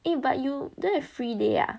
eh but you don't have free day ya